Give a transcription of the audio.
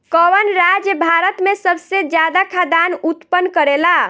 कवन राज्य भारत में सबसे ज्यादा खाद्यान उत्पन्न करेला?